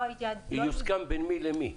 יוסכם בין מי למי?